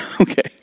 Okay